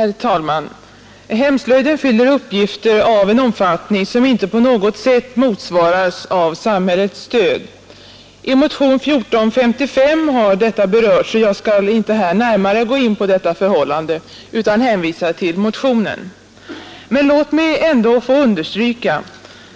Herr talman! Hemslöjden fyller uppgifter av en omfattning som inte på något sätt motsvaras av samhällets stöd. I motionen 1455 har detta berörts, och jag skall här inte närmare gå in på detta förhållande utan hänvisar till motionen. Men låt mig ändå få understryka